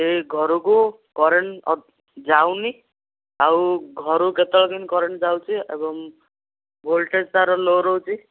ସେଇ ଘରକୁ କରେଣ୍ଟ ଯାଉନି ଆଉ ଘରୁ କେତେବେଳେ କେମିତି କରେଣ୍ଟ ଯାଉଛି ଏବଂ ଭୋଲଟେଜ୍ ତା'ର ଲୋ ରହୁଛି